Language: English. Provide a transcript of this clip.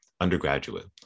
undergraduate